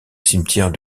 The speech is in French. cimetière